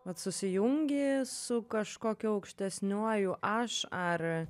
vat susijungi su kažkokiu aukštesniuoju aš ar